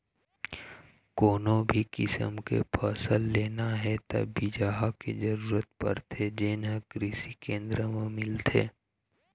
कोनो भी किसम के फसल लेना हे त बिजहा के जरूरत परथे जेन हे कृषि केंद्र म मिलथे